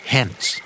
Hence